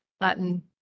Latin